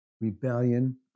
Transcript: Rebellion